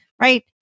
right